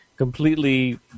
Completely